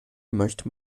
möchte